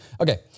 Okay